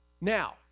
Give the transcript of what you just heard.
Now